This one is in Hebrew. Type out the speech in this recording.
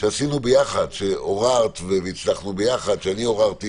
שעשינו ביחד, שעוררת והצלחנו ביחד, שאני עוררתי